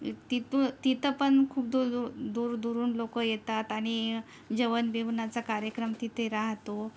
तितू तिथं पण खूप दूर दूरदूरून लोक येतात आणि जेवणबिवणाचा कार्य क्रम तिथे राहतो